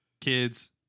kids